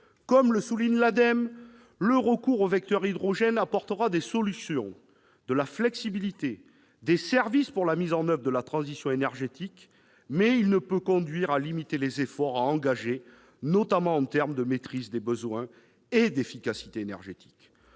Comme le souligne l'Ademe :« Le recours au vecteur hydrogène apportera des solutions, de la flexibilité, des services pour la mise en oeuvre de la transition énergétique, mais il ne peut conduire à limiter les efforts à engager, notamment en termes de maîtrise des besoins et d'efficacité énergétique.